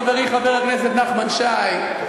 חברי חבר הכנסת נחמן שי,